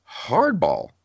hardball